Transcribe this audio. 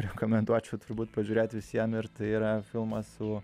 rekomenduočiau turbūt pažiūrėt visiem ir tai yra filmas su